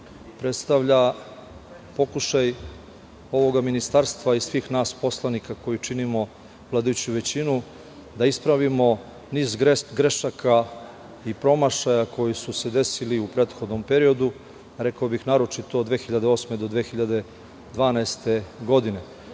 predstavlja pokušaj ovoga ministarstva i svih nas poslanika koji činimo vladajuću većinu, da ispravimo niz grešaka i promašaja koji su se desili u prethodnom periodu, rekao bih naročito od 2008. do 2012. godine.